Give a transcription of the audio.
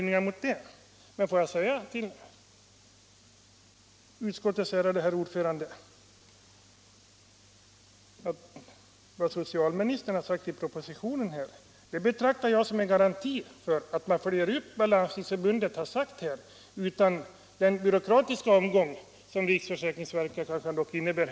Tillåt mig emellertid säga till utskottets ärade herr ordförande att jag betraktar det som socialministern har sagt i propositionen som en garanti för att man följer upp vad Landstingsförbundet här framfört utan den byråkrati som omgången över riksförsäkringsverket innebär.